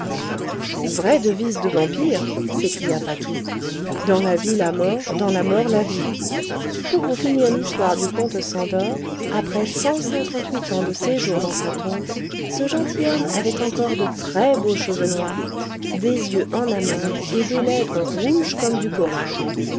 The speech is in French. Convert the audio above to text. vraie devise de vampire s'écria patou dans la vie la mort dans la mort la vie pour vous finir l'histoire du comte szandor après cent cinquante huit ans de séjour dans sa tombe ce gentilhomme avait encore de très beaux cheveux noirs des yeux en amande et des lèvres rouges comme du corail